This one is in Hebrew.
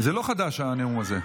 זה לא חדש, הנאום הזה.